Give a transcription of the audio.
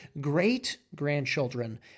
great-grandchildren